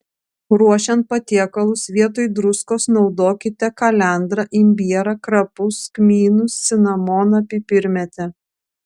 ruošiant patiekalus vietoj druskos naudokite kalendrą imbierą krapus kmynus cinamoną pipirmėtę